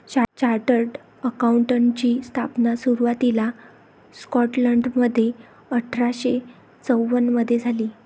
chartered अकाउंटंटची स्थापना सुरुवातीला स्कॉटलंडमध्ये अठरा शे चौवन मधे झाली